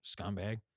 scumbag